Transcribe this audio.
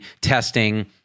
testing